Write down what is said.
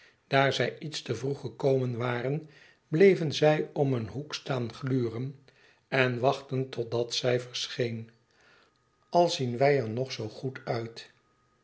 daar zij iets te vroeg gekomen waren bleven zij om een hoek staan gluren en wachten totdat zij verscheen al zien wij er nog zoo goed uit